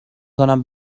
کنم